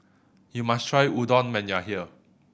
you must try Udon when you are here